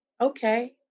okay